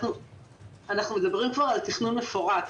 אנחנו מדברים כבר על תכנון מפורט.